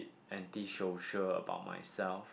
anti social about myself